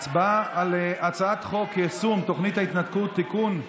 הצבעה על הצעת חוק יישום תוכנית ההתנתקות (תיקון,